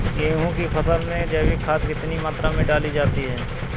गेहूँ की फसल में जैविक खाद कितनी मात्रा में डाली जाती है?